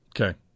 Okay